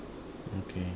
okay